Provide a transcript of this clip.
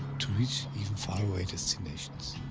to reach even faraway destinations.